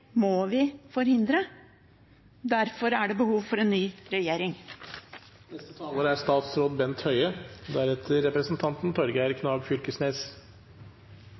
må vi forhindre. Derfor er det behov for en ny regjering. Det er